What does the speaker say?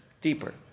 deeper